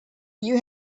you